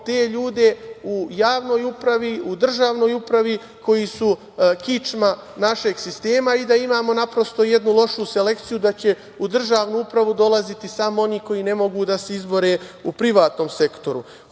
te ljude u javnoj upravi, u državnoj upravi, koji su kičma našeg sistema i da imamo naprosto jednu lošu selekciju da će u državnu upravu dolaziti samo oni koji ne mogu da se izbore u privatnom sektoru. Hoću,